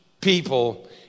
people